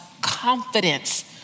confidence